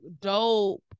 dope